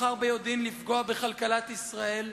בחר ביודעין לפגוע בכלכלת ישראל,